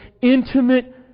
intimate